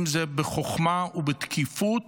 אם זה בחוכמה, ובתקיפות